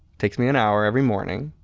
takes me an hour every morning.